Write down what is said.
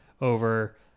over